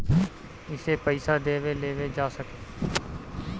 एसे पइसा देवे लेवे जा सके